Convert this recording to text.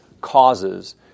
causes